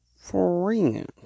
friends